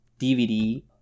DVD